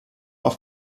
auf